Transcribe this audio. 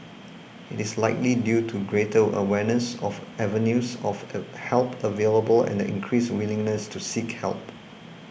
it is likely due to greater awareness of avenues of a help available and the increased willingness to seek help